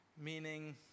meaning